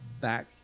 back